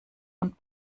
und